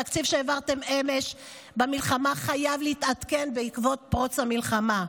התקציב שהעברתם לפני המלחמה חייב להתעדכן בעקבות פרוץ המלחמה.